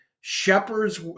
shepherds